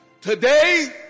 Today